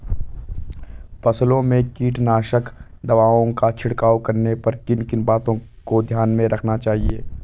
फसलों में कीटनाशक दवाओं का छिड़काव करने पर किन किन बातों को ध्यान में रखना चाहिए?